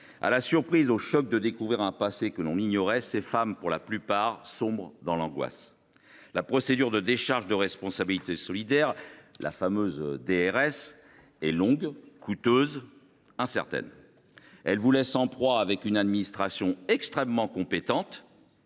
À la surprise, au choc de découvrir un passé que l’on ignorait, ces femmes, pour la plupart, sombrent dans l’angoisse. La procédure de décharge de responsabilité solidaire, la fameuse DRS, est longue, coûteuse, incertaine. Elle vous laisse en prise à une administration extrêmement compétente,